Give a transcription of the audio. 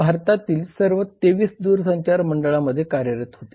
हे भारतातील सर्व 23 दूरसंचार मंडळांमध्ये कार्यरत आहे